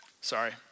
sorry